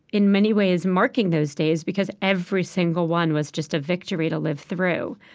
in many ways, marking those days because every single one was just a victory to live through.